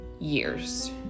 years